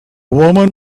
woman